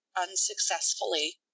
unsuccessfully